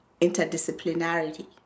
interdisciplinarity